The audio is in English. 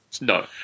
No